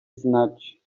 znać